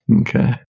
Okay